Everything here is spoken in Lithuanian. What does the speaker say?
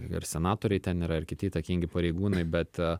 ir senatoriai ten yra ir kiti įtakingi pareigūnai bet